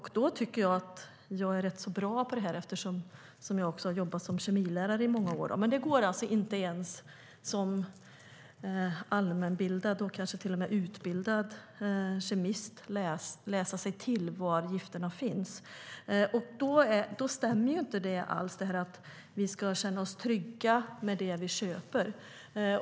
Jag tycker ändå att jag är rätt bra på sådant här, eftersom jag har jobbat som kemilärare i många år, men det går inte ens att som allmänbildad person och till och med utbildad kemist läsa sig till var gifterna finns. Då stämmer det inte alls att vi ska känna oss trygga med det köper.